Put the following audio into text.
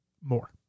more